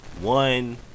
one